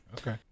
Okay